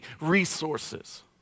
resources